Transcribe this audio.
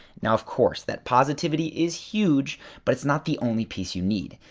now of course, that positivity is huge but it's not the only piece you need.